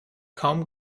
kaum